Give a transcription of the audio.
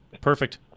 Perfect